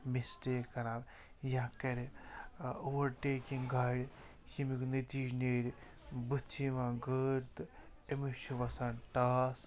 mistake کَران یا کَرِ اوٚوَر ٹیکِنٛگ گاڑِ ییٚمیُک نٔتیٖجہِ نیرِ بٕتھِ چھِ یِوان گٲڑۍ تہٕ أمِس چھِ وَسان ٹاس